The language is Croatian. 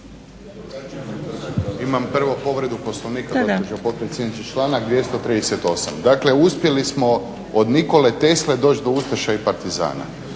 Imam prvo povredu Poslovnika gospođo potpredsjednice, članak 238. Dakle, uspjeli smo od Nikole Tesle doći do Ustaša i Partizana.